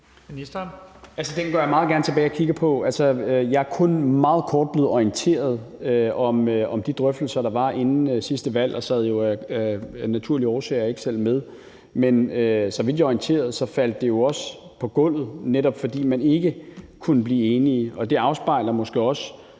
Altså, den går jeg meget gerne tilbage og kigger på. Jeg er kun meget kort blevet orienteret om de drøftelser, der var inden sidste valg, og jeg sad jo af naturlige årsager ikke selv med. Men så vidt jeg er orienteret, faldt det jo også på gulvet, netop fordi man ikke kunne blive enige. Og det afspejler måske også,